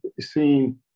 seen